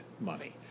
money